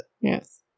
Yes